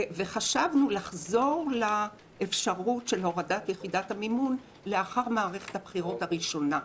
חשבנו לחזור לאפשרות של הורדת יחידת המימון לאחר מערכת הבחירות הראשונה.